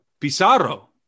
Pizarro